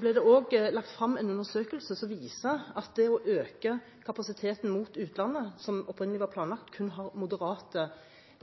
ble det også lagt frem en undersøkelse som viser at det å øke kapasiteten mot utlandet, som opprinnelig var planlagt, kun har moderate